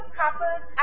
couples